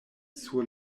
sur